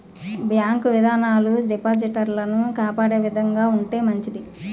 bank విధానాలు డిపాజిటర్లను కాపాడే విధంగా ఉంటే మంచిది